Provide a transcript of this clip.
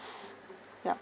yup